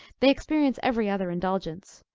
they experience every other indulgence.